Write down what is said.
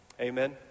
Amen